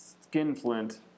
skinflint